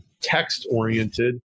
text-oriented